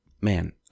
Man